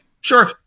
Sure